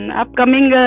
upcoming